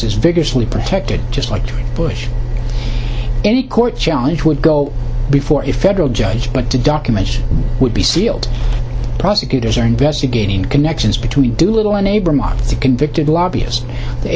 is vigorously protected just like bush any court challenge would go before a federal judge but to document would be sealed prosecutors are investigating connections between doolittle a neighbor mots a convicted lobbyist they